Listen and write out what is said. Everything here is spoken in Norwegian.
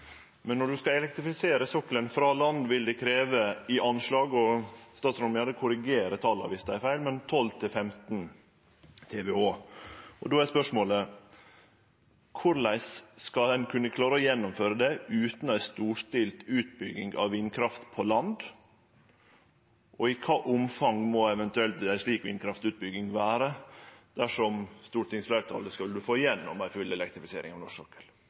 Men når ein skal elektrifisere sokkelen frå land, vil det krevje i anslag – statsråden må gjerne korrigere tala viss dei er feil – 12–15 TWh. Då er spørsmålet: Korleis skal ein kunne klare å gjennomføre det utan ei storstilt utbygging av vindkraft på land, og av kva omfang må eventuelt ei slik vindkraftutbygging vere dersom stortingsfleirtalet skulle få gjennom ei full elektrifisering av norsk sokkel?